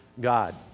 God